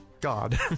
God